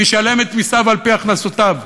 וישלם את מסיו על-פי הכנסותיו,